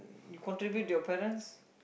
you contribute to your parents